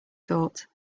thought